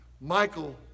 Michael